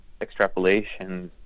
extrapolations